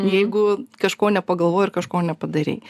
jeigu kažko nepagalvojai ar kažko nepadarei